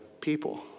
people